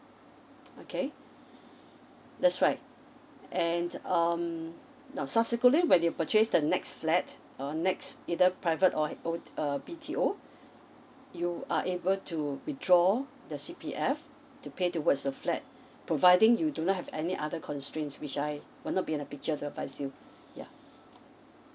okay that's right and um now subsequently when you purchase the next flat uh next either private or old uh B_T_O you are able to withdraw the C_P_F to pay towards the flat providing you do not have any other constrains which I will not be the picture the advise you yeah